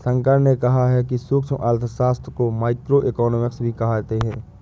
शंकर ने कहा कि सूक्ष्म अर्थशास्त्र को माइक्रोइकॉनॉमिक्स भी कहते हैं